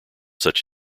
such